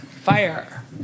Fire